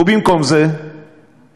ובמקום זה מקצצים,